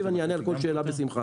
אני אענה על כל שאלה בשמחה.